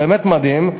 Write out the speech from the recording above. באמת מדהים,